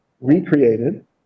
recreated